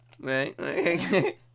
Right